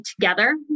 together